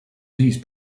these